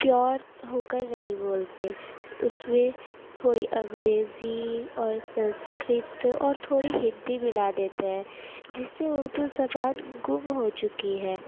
pure ہوکر نہیں بولتے اس میں تھوڑی انگریزی اور سنسکرت اور تھوڑی ہندی ملا دیتے ہیں جس سے اردو زبان گم ہو چکی ہے